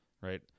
right